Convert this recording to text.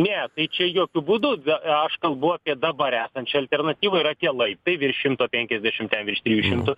ne tai čia jokiu būdu ne aš kalbu apie dabar esančią alternatyvą yra tie laiptai virš šimto penkiasdešimt ten virš trijų šimtų